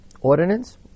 ordinance